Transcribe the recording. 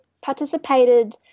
participated